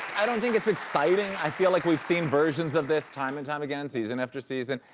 i don't think it's exciting i feel like we've seen versions of this time and time again, season after season.